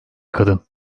kadın